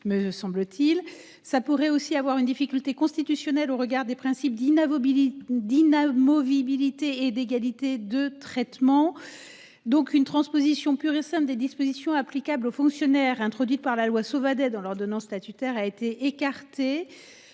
ça pourrait aussi avoir une difficulté constitutionnelle au regard des principes Naveau Billy d'inamovibilité et d'égalité de traitement, donc une transposition pure et simple des dispositions applicables aux fonctionnaires introduite par la loi Sauvadet dans leur donnant statutaire a été écartée.